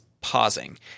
pausing